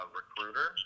recruiter